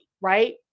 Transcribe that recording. right